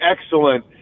excellent